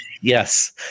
Yes